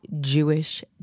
Jewish